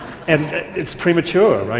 it's premature.